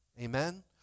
Amen